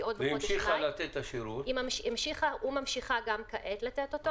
היא המשיכה וממשיכה גם כעת לתת את השירות.